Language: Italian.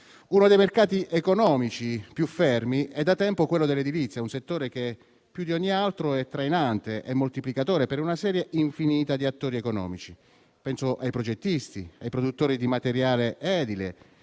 Uno dei mercati economici più fermi è da tempo quello dell'edilizia, un settore che più di ogni altro è trainante e moltiplicatore per una serie infinita di attori economici: penso ai progettisti, ai produttori di materiale edile,